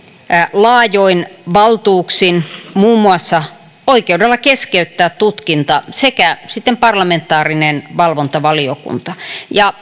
laajoin valtuuksin muun muassa oikeudella keskeyttää tutkinta sekä parlamentaarinen valvontavaliokunta